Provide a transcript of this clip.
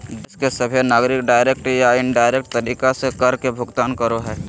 देश के सभहे नागरिक डायरेक्ट या इनडायरेक्ट तरीका से कर के भुगतान करो हय